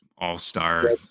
All-star